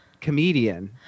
comedian